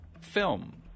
film